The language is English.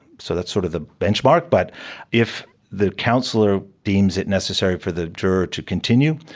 so that's sort of the benchmark. but if the counsellor deems it necessary for the juror to continue,